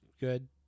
good